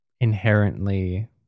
inherently